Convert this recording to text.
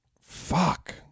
Fuck